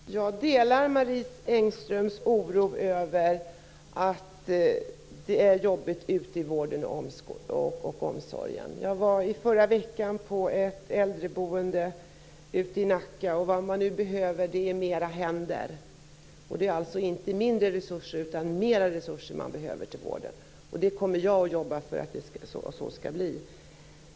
Herr talman! Jag delar Marie Engströms oro över att det är jobbigt ute i vården och omsorgen. Jag var i förra veckan på ett äldreboende i Nacka. Vad man nu behöver är fler händer. Det är inte mindre resurser utan mer resurser som man behöver till vården. Jag kommer att jobba för att det skall bli så.